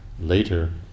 later